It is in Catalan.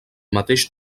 mateix